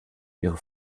ihre